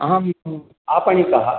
अहम् आपणिकः